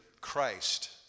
Christ